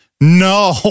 no